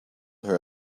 her